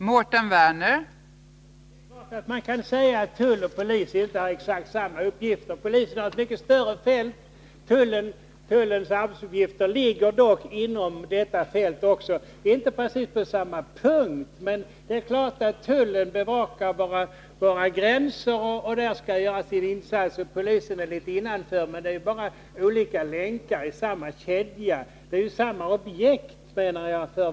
Fru talman! Det är klart att man kan säga att tull och polis inte har exakt samma uppgifter. Polisen har ett mycket större fält. Tullens arbetsuppgifter ligger dock inom detta fält, om också inte precis på samma punkt. Tullen bevakar våra gränser och skall där göra sin insats, polisen arbetar litet innanför. Men det är bara olika länkar i samma kedja.